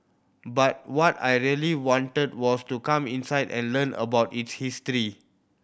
but what I really wanted was to come inside and learn about its history